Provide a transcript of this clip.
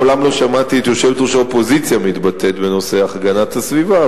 אני מעולם לא שמעתי את יושבת-ראש האופוזיציה מתבטאת בנושא הגנת הסביבה,